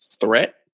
threat